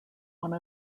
one